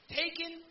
taken